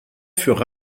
furent